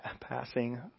passing